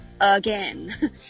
Again